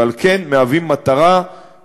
ועל כן הם מטרה נוחה,